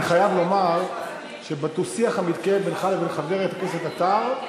אני חייב לומר שבדו-שיח המתקיים בינך לבין חבר הכנסת עטר,